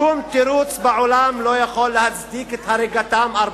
שום תירוץ בעולם לא יכול להצדיק את הריגתם של